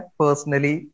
personally